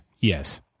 Yes